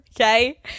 okay